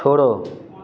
छोड़ो